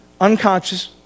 unconscious